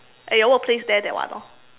at your workplace there that one orh